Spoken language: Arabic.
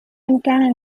مكان